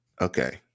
Okay